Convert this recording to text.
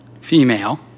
Female